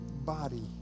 body